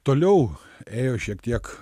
toliau ėjo šiek tiek